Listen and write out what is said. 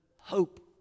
hope